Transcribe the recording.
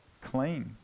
clean